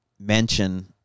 mention